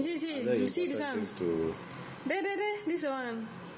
you see you see you see this one there there there this the one